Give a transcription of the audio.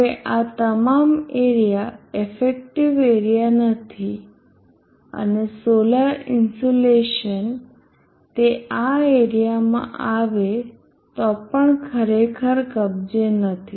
હવે આ તમામ એરીયા એફેક્ટિવ એરીયા નથી અને સોલર ઇન્સ્યુલેશન તે આ એરીયામાં આવે તો પણ ખરેખર કબજે નથી